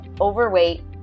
overweight